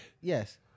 Yes